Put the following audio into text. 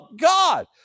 God